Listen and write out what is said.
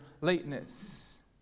lateness